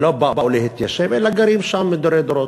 הם לא באו להתיישב אלא גרים שם מדורי דורות.